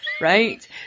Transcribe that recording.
Right